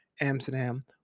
Amsterdam